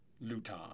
Luton